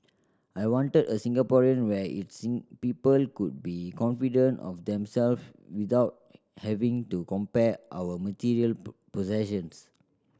I wanted a Singapore where its people could be confident of themself without having to compare our material possessions